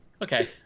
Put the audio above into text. Okay